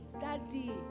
daddy